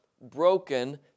broken